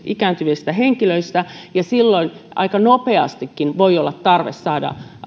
ikääntyneistä henkilöistä niin silloin aika nopeastikin voi olla tarve saada